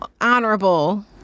honorable